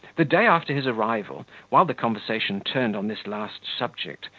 the day after his arrival, while the conversation turned on this last subject,